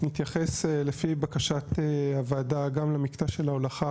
נתייחס לפי בקשת הוועדה גם למקטע של ההולכה,